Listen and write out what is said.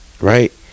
Right